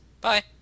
Bye